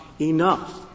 enough